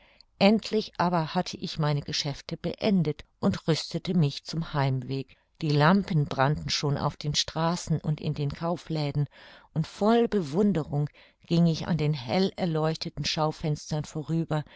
endlich aber hatte ich meine geschäfte beendet und rüstete mich zum heimweg die lampen brannten schon auf den straßen und in den kaufläden und voll bewunderung ging ich an den hellerleuchteten schaufenstern vorüber